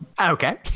Okay